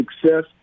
success